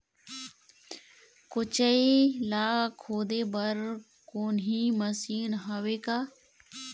कोचई ला खोदे बर कोन्हो मशीन हावे का?